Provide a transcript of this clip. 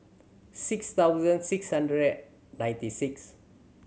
six thousand six hundred and ninety six